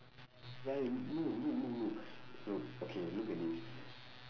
ya ya no look look look look okay look at this what's the